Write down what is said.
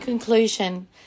Conclusion